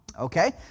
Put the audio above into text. Okay